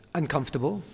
uncomfortable